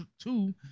two